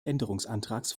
änderungsantrags